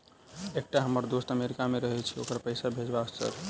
एकटा हम्मर दोस्त अमेरिका मे रहैय छै ओकरा पैसा भेजब सर?